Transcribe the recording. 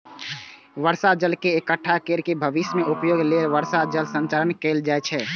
बर्षा जल के इकट्ठा कैर के भविष्य मे उपयोग लेल वर्षा जल संचयन कैल जाइ छै